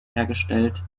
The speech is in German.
hergestellt